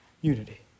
unity